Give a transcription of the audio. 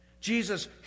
Jesus